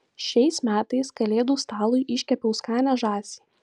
šiais metais kalėdų stalui iškepiau skanią žąsį